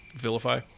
vilify